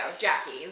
Jackie's